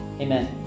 Amen